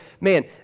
man